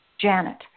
Janet